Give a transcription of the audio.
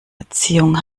erziehung